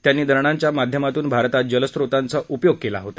त्यांनी धरणांच्या माध्यमातून भारतात जलस्त्रोतांचा उपयोग केला होता